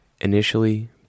Initially